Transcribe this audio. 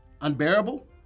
Unbearable